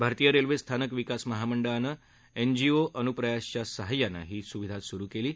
भारतीय रेल्वे स्थानक विकास महामंडळानं एनजीओ अनुप्रयासच्या सहाय्यानं ही सुविधा सुरू केली आहे